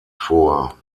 vor